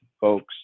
folks